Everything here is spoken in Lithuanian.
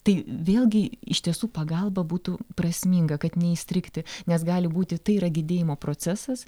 tai vėlgi iš tiesų pagalba būtų prasminga kad neįstrigti nes gali būti tai yra gedėjimo procesas